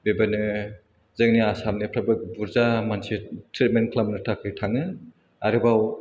बिबेनो जोंनि आसामनिफ्रायबो बुरजा मानसि ट्रिटमेन्ट खालामनो थाखाइ थाङो आरोबाव